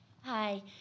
Hi